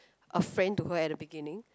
a friend to her at the beginning